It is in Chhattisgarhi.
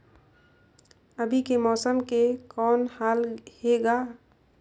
अभी के मौसम के कौन हाल हे ग?